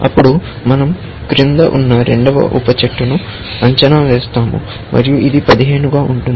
అప్పుడు మనం క్రింద ఉన్న రెండవ సబ్ట్రీను అంచనా వేస్తాము మరియు ఇది 15 గా ఉంటుంది